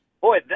boy